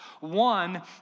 One